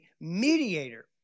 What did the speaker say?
mediator